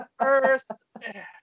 earth